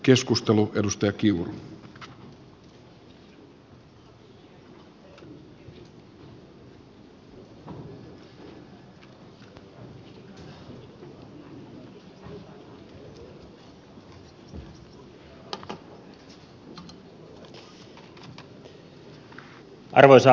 arvoisa herra puhemies